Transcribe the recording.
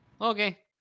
Okay